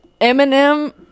Eminem